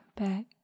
back